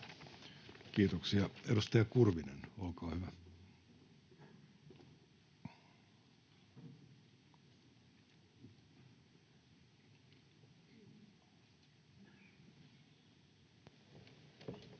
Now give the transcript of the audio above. Kiitoksia. — Edustaja Kurvinen, olkaa hyvä. Arvoisa